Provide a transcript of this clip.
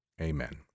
Amen